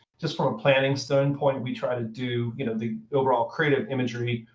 just from a planning standpoint, we try to do you know the overall creative imagery.